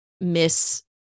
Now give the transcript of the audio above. miss